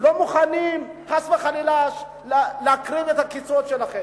לא מוכנים חס וחלילה להקריב את הכיסאות שלכם.